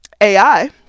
AI